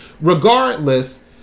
Regardless